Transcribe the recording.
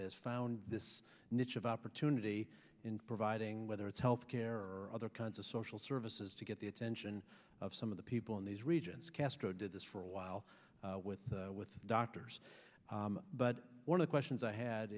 has found this niche of opportunity in providing whether it's health care or other kinds of social services to get the attention of some of the people in these regions castro did this for a while with the with the doctors but one of questions i had